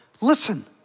Listen